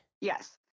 Yes